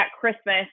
Christmas